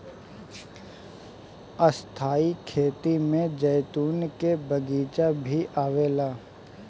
स्थाई खेती में जैतून के बगीचा भी आवेला